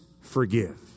forgive